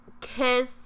kiss